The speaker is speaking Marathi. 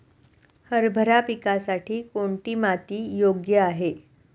हरभरा पिकासाठी कोणती माती योग्य आहे?